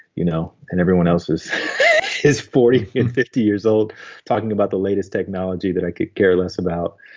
you know and everyone else's is forty and fifty years old talking about the latest technology that i could care less about.